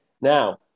Now